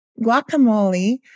Guacamole